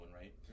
right